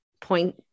point